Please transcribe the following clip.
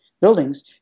buildings